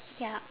ya